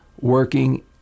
working